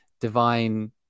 divine